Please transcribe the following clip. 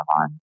on